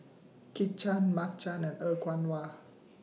Kit Chan Mark Chan and Er Kwong Wah